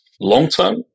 Long-term